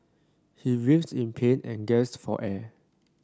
he writhed in pain and gasped for air